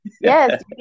Yes